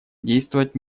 действовать